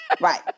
Right